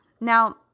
Now